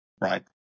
Right